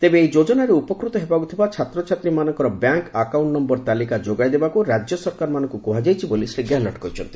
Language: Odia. ତେବେ ଏହି ଯୋଜନାରେ ଉପକୃତ ହେବାକୁ ଥିବା ଛାତ୍ରଛାତ୍ରୀମାନଙ୍କର ବ୍ୟାଙ୍କ୍ ଆକାଉଣ୍ଟ ନମ୍ଭର ତାଲିକା ଯୋଗାଇ ଦେବାକୁ ରାଜ୍ୟ ସରକାରମାନଙ୍କୁ କୁହାଯାଇଛି ବୋଲି ଶ୍ରୀ ଗେହଲଟ କହିଛନ୍ତି